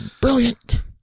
Brilliant